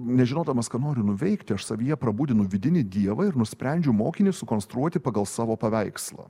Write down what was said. nežinodamas ką noriu nuveikti aš savyje prabudinu vidinį dievą ir nusprendžiu mokinius sukonstruoti pagal savo paveikslą